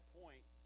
point